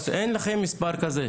אין מספר כזה,